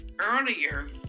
earlier